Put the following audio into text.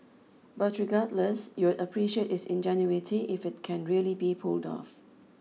but regardless you'd appreciate its ingenuity if it can really be pulled off